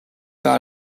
par